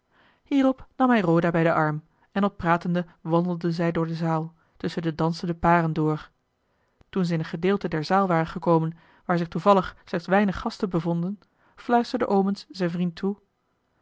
hierop nam hij roda bij den arm en al pratende wandelden zij door de zaal tusschen de dansende paren door toen ze in een gedeelte der zaal waren gekomen waar zich toevallig slechts weinig gasten bevonden fluisterde omens zijn vriend toe